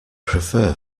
prefer